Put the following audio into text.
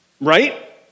right